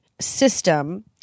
system